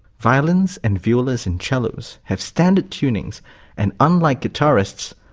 violins and violas and cellos have standard tunings and unlike guitarists,